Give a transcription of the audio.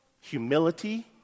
humility